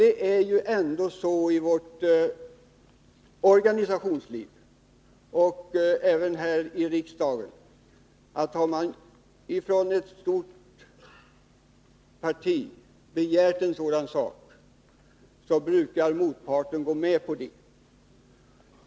Det är ändå så i vårt organisationsliv, och även här i riksdagen, att om ett stort parti begär en sådan sak, brukar motparten gå med på det.